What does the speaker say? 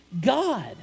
God